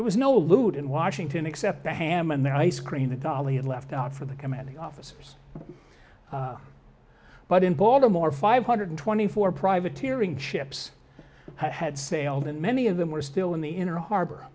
there was no loot in washington except the ham and their ice cream the dali had left out for the commanding officers but in baltimore five hundred twenty four privateering ships had sailed and many of them were still in the inner harbor